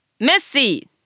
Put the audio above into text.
Messi